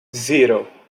zero